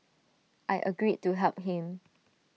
I agreed to help him